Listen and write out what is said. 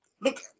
look